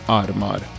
armar